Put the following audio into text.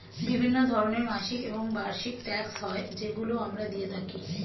বিভিন্ন ধরনের মাসিক এবং বার্ষিক ট্যাক্স হয় যেগুলো আমরা দিয়ে থাকি